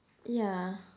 yeah